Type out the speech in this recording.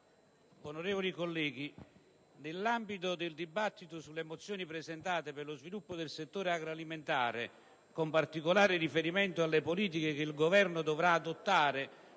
onorevoli colleghi, nell'ambito del dibattito sulle mozioni sulla crisi del settore agroalimentare, con particolare riferimento alle politiche che il Governo dovrà adottare